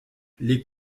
les